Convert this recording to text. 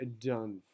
done